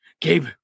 Gabe